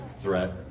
threat